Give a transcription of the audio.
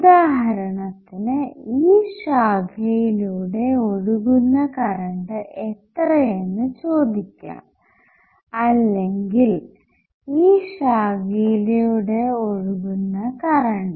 ഉദാഹരണത്തിന് ഈ ശാഖയിലൂടെ ഒഴുക്കുന്ന കറണ്ട് എത്രയെന്നു ചോദിക്കാം അല്ലെങ്കിൽ ഈ ശാഖയിലൂടെ ഒഴുക്കുന്ന കറണ്ട്